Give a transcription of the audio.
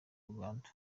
uganda